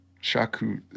shaku